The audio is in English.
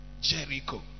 Jericho